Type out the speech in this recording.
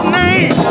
name